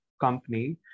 company